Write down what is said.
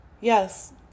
Yes